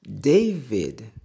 David